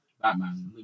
Batman